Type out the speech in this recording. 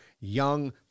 young